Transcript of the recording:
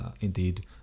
indeed